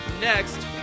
next